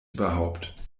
überhaupt